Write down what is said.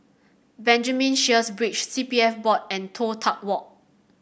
Benjamin Sheares Bridge C P F Board and Toh Tuck Walk